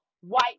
white